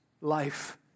Life